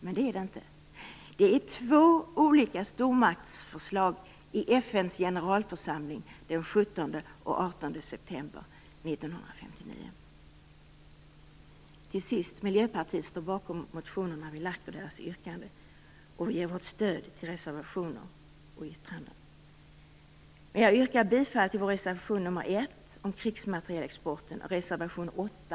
Men det är det inte utan två olika stormaktsförslag i FN:s generalförsamling den 17 och Miljöpartiet står bakom alla de motioner som vi väckt och yrkandena i dem. Vi ger vårt stöd till reservationer och yttranden. Jag yrkar bifall till vår reservation 1 om krigsmaterielexporten och reservation 8